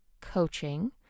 coaching